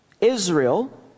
Israel